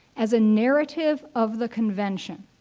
as a narrative of the convention,